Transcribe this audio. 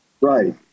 Right